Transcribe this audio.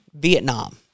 Vietnam